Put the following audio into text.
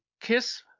kiss